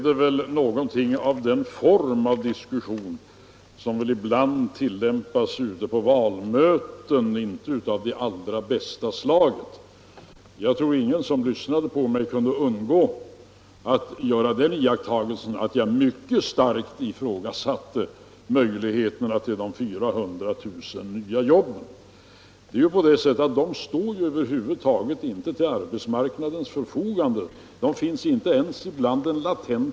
Det är den typ av diskussion som ibland förs ute på valmöten som inte är av det allra bästa slaget. Jag tror inte att någon som lyssnade på mig kunde undgå att göra iakttagelsen att jag mycket starkt ifrågasatte möjligheterna att åstadkomma 400 000 nya jobb. Ytterligare 400 000 personer står över huvud taget inte till arbetsmarknadens förfogande, inte ens om man tar med de latent arbetssökande.